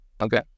Okay